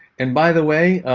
and by the way,